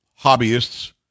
hobbyists